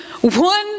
One